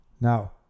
Now